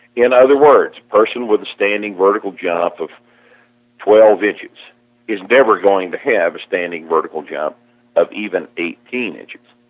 in other words, person with a standing vertical jump of twelve inch is never going to have a standing vertical jump of even eighteen inches.